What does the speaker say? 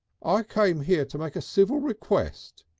i came here to make a civil request.